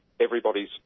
everybody's